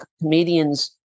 comedians